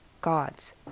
God's